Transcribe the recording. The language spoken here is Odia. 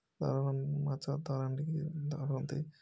କାରଣ ମାଛ ଦରାଣ୍ଡିକି ଧରନ୍ତି